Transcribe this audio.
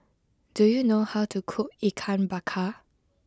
do you know how to cook Ikan Bakar